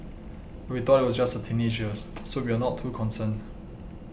we thought it was just her teenagers so we were not too concerned